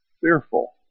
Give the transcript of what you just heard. fearful